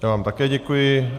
Já vám také děkuji.